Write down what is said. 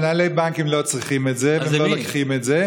מנהלי בנקים לא צריכים את זה והם לא לוקחים את זה.